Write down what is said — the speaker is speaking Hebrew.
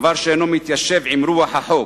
דבר שאינו מתיישב עם רוח החוק.